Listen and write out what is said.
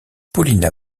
paulina